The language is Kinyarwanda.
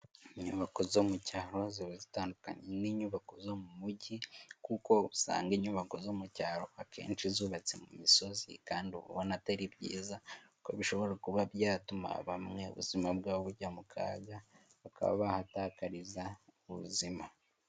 Inyubako zo mu cyaro ziba zitandukanye n'inyubako zo mu mujyi kuko usanga inyubako zo mu cyaro akenshi zubatse mu misozi kandi ubona atari byiza ko bishobora kuba byatuma bamwe ubuzima bwabo bujya mu kaga bakabahatakariza ubuzima.